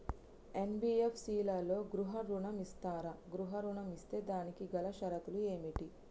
NBFC లలో గృహ ఋణం ఇస్తరా? గృహ ఋణం ఇస్తే దానికి గల షరతులు ఏమిటి?